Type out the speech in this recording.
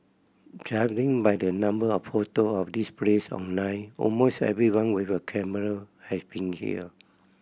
judging by the number of photo of this place online almost everyone with a camera has been here